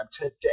today